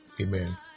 amen